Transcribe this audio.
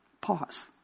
Pause